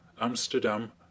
Amsterdam